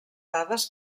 dades